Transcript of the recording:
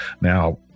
Now